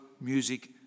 music